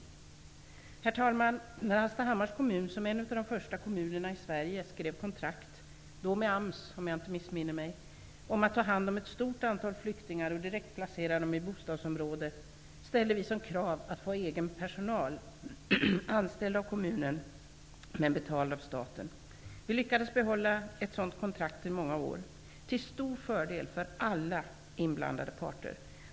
Herr talman! När Hallstahammars kommun som en av de första kommunerna i Sverige skrev kontrakt -- med AMS, om jag inte missminner mig -- om att ta hand om ett stort antal flyktingar och direktplacera dem i bostadsområde ställde vi som krav att få ha egen personal, anställd av kommunen men betald av staten. Vi lyckades behålla ett sådant kontrakt i många år, till stor fördel för alla inblandade parter.